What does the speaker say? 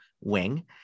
wing